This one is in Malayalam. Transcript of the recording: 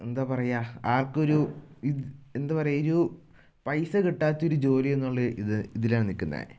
എന്താ പറയുക ആർക്കും ഒരു ഇത് എന്താ പറയുക ഒരു പൈസ കിട്ടാത്തൊരു ജോലി എന്നുള്ള ഇത് ഇതിലാണ് നിൽക്കുന്നത്